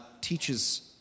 teaches